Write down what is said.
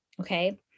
okay